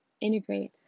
integrate